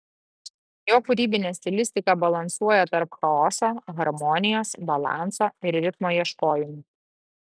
jo kūrybinė stilistika balansuoja tarp chaoso harmonijos balanso ir ritmo ieškojimų